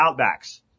Outbacks